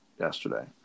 yesterday